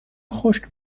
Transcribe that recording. خشک